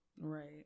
Right